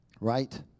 Right